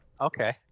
Okay